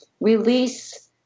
release